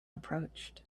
approached